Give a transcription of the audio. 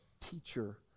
teacher